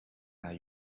are